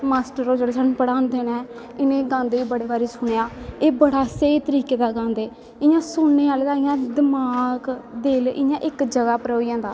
master होर जेह्ड़े साह्नू पढ़ांदे नै इनें गांदे बड़े बारी सुनेआ एह् बड़ा स्हेई तरीके दा गांदें इयां सुनने आह्ले दा इयां दमाक दिल इयां इक जगा पर होई जंदा